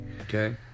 Okay